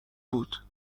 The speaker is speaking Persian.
بود